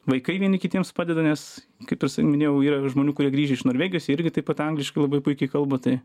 vaikai vieni kitiems padeda nes kaip minėjau yra žmonių kurie grįžę iš norvegijos jie irgi taip pat angliškai labai puikiai kalba tai